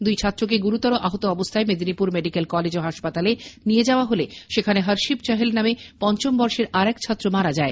দুই ছাত্রকে গুরুতর আহত অবস্হায় মেদিনীপুর মেডিক্যাল কলেজ ও হাসপাতালে নিয়ে যাওয়া হলে সেখানে হর্ষিপ চাহেল নামে পঞ্চম বর্ষের আরেক ছাত্র মারা যায়